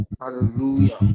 Hallelujah